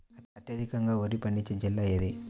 అత్యధికంగా వరి పండించే జిల్లా ఏది?